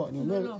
לא.